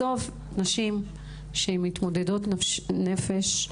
בסוף, נשים שהן מתמודדות נפש,